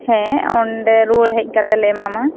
ᱦᱮᱸ ᱚᱸᱰᱮ ᱨᱩᱣᱟᱹᱲ ᱦᱮᱡ ᱠᱟᱛᱮᱜᱞᱮ ᱮᱢᱟᱢᱟ